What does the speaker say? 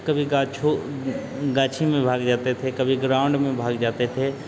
कभी गाछो गाछी में भाग जाते थे कभी ग्राउन्ड में भाग जाते थे